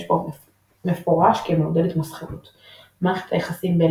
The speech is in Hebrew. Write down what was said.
בו מפורש כמעודד התמסחרות; מערכת היחסים בין